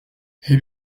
hip